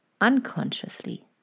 unconsciously